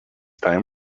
time